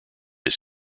his